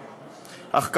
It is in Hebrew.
אך,